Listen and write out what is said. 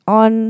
on